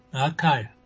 Okay